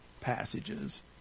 passages